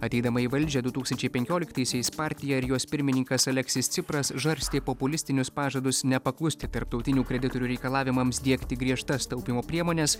ateidama į valdžią du tūkstančiai penkioliktaisiais partija ir jos pirmininkas aleksis cipras žarstė populistinius pažadus nepaklusti tarptautinių kreditorių reikalavimams diegti griežtas taupymo priemones